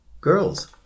girls